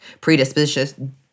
predisposition